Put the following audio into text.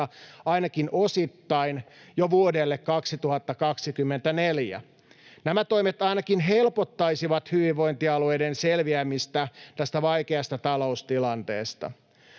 ainakin osittain jo vuodelle 2024? Nämä toimet ainakin helpottaisivat hyvinvointialueiden selviämistä tästä vaikeasta taloustilanteesta.